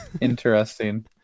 Interesting